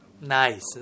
nice